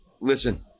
Listen